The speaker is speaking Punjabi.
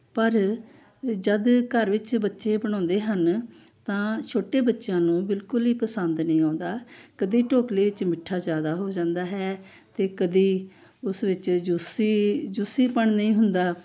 ਪਰ ਜਦ ਘਰ ਵਿੱਚ ਬੱਚੇ ਬਣਾਉਂਦੇ ਹਨ ਤਾਂ ਛੋਟੇ ਬੱਚਿਆਂ ਨੂੰ ਬਿਲਕੁਲ ਹੀ ਪਸੰਦ ਨਹੀਂ ਆਉਂਦਾ ਕਦੇ ਢੋਕਲੇ ਵਿੱਚ ਮਿੱਠਾ ਜ਼ਿਆਦਾ ਹੋ ਜਾਂਦਾ ਹੈ ਅਤੇ ਕਦੇ ਉਸ ਵਿੱਚ ਜੂਸੀ ਜੂਸੀਪਣ ਨਹੀਂ ਹੁੰਦਾ